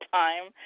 time